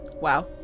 Wow